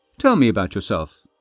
tell me about yourself.